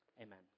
Amen